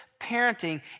parenting